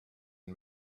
and